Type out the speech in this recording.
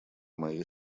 моей